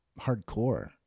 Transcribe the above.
hardcore